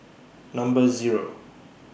Number Zero